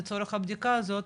לצורך הבדיקה הזאת,